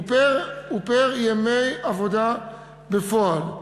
הוא פר ימי עבודה בפועל.